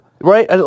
Right